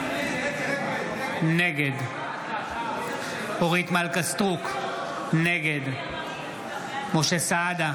נגד אורית מלכה סטרוק, נגד משה סעדה,